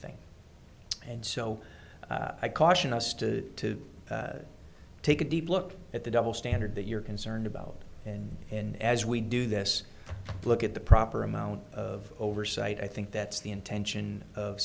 thing and so i caution us to take a deep look at the double standard that you're concerned about and and as we do this look at the proper amount of oversight i think that's the intention of